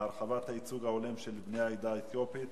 להרחבת הייצוג ההולם של בני העדה האתיופית